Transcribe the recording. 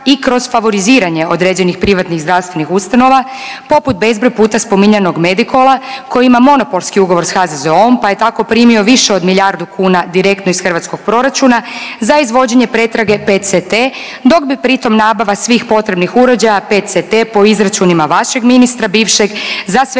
i kroz favoriziranje određenih privatnih zdravstvenih ustanova poput bezbroj puta spominjanog Medikola koji ima monopolski ugovor sa HZZO-om pa je tako primio više od milijardu kuna direktno iz hrvatskog proračuna za izvođenje pretrage PET CT dok bi pritom nabava svih potrebnih uređaja PET CT po izračunima vašeg ministra bivšeg za sve